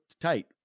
tight